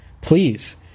please